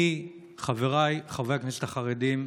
חבריי חברי הכנסת החרדים,